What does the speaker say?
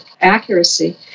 accuracy